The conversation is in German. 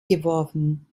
geworfen